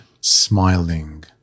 smiling